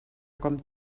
com